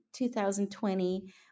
2020